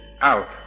out